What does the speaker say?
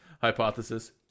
hypothesis